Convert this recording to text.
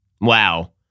Wow